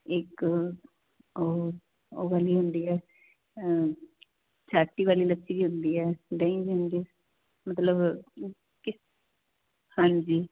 ਇੱਕ ਉਹ ਵਾਲੀ ਹੁੰਦੀ ਐ ਚਾਟੀ ਵਾਲੀ ਲੱਸੀ ਵੀ ਹੁੰਦੀ ਐ ਦਹੀਂ ਵੀ ਹੁੰਦੀ ਮਤਲਵ ਹਾਂਜੀ